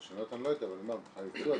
הרישיונות אני יודע אבל הייצוא עצמו,